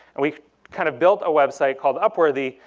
and we kind of built a website called upworthy,